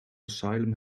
asylum